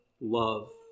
love